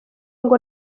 ngo